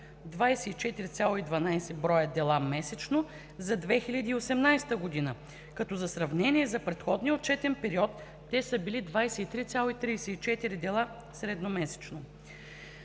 24,12 броя дела месечно за 2018 г., като за сравнение за предходния отчетен период те са били 23,34 дела средно месечно;